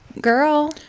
girl